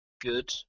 good